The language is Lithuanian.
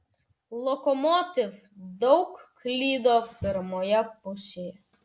lokomotiv daug klydo pirmoje pusėje